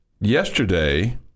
Yesterday